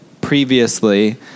previously